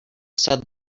said